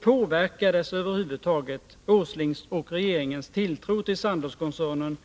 Påverkades över huvud taget Nils Åslings och regeringens tilltro till Sandozkoncernen